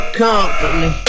company